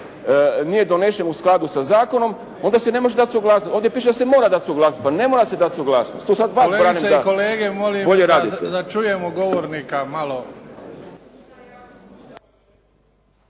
nije donesen u skladu sa zakonom onda se ne može dati suglasnost. Ovdje piše da se mora dati suglasnost. Pa ne mora se dati suglasnost … /Govornik se ne razumije./